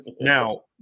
Now